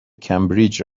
کمبریج